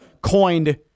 coined